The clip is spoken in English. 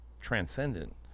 transcendent